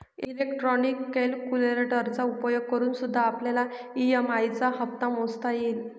electronic कैलकुलेटरचा उपयोग करूनसुद्धा आपल्याला ई.एम.आई चा हप्ता मोजता येईल